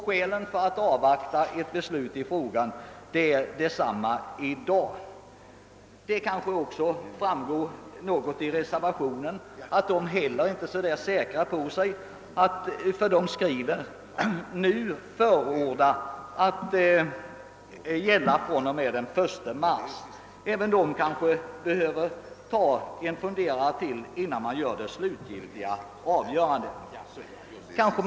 Skälen för att avvakta ett beslut i frågan är desamma i dag. Av reservationen framgår det också att inte heller reservanterna är så säkra, ty de skriver »——— nu förordar gälla fr.o.m. den 1 mars 1968.» Kanske även de behöver ta sig ytterligare en funderare innan det slutgiltiga avgörandet träffas.